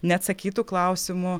neatsakytų klausimų